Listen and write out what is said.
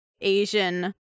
Asian